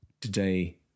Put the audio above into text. today